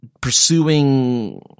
pursuing